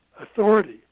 authority